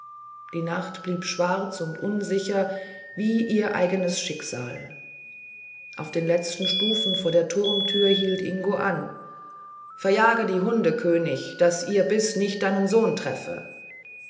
die nacht blieb schwarz und unsicher wie ihr eigenes schicksal auf den letzten stufen vor der turmtür hielt ingo an verjage die hunde könig daß ihr biß nicht deinen sohn treffe